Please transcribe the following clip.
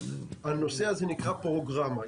הנושא הזה נקרא פרוגרמה.